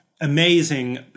amazing